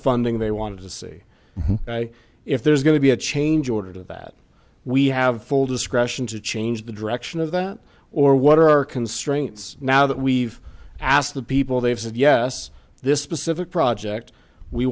funding they wanted to see okay if there's going to be a change order to that we have full discretion to change the direction of that or what are our constraints now that we've asked the people they've said yes this specific project we